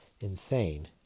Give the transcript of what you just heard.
insane